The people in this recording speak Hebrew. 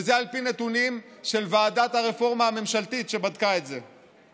וזה על פי נתונים של ועדת הרפורמה הממשלתית שבדקה את זה.